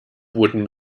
booten